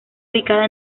ubicada